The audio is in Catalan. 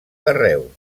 carreu